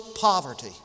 poverty